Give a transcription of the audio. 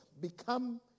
become